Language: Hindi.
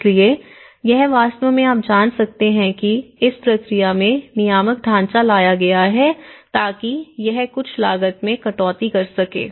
इसलिए यह वास्तव में आप जान सकते हैं कि इस प्रक्रिया में नियामक ढांचा लाया गया है ताकि यह कुछ लागत में कटौती कर सके